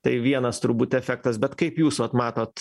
tai vienas turbūt efektas bet kaip jūs vat matot